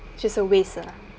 just a waste lah